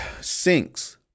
sinks